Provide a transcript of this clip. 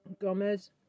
Gomez